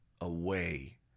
away